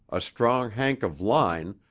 a strong hank of line,